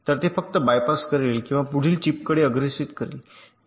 तर हे फक्त बायपास करेल किंवा पुढील चिपकडे अग्रेषित करेल